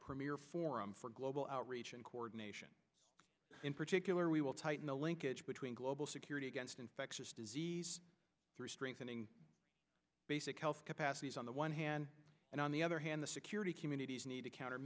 premier forum for global outreach and coordination in particular we will tighten the linkage between global security against infectious disease through strengthening basic health capacities on the one hand and on the other hand the security community's need to counter